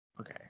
Okay